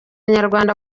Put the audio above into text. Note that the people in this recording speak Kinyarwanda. abanyarwanda